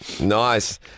Nice